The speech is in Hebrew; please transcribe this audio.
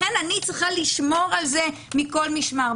לכן אני צריכה לשמור על זה מכל משמר.